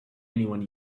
anyone